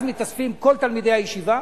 אז מתאספים כל תלמידי הישיבה